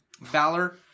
Valor